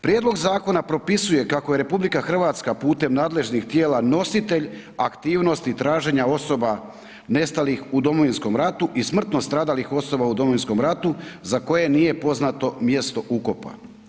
Prijedlog zakona propisuje kako je RH putem nadležnih tijela nositelj aktivnosti traženja osoba nestalih u Domovinskom ratu i smrtno stradalih osoba u Domovinskom ratu za koje nije poznato mjesto ukopa.